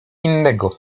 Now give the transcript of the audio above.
innego